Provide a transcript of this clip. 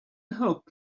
help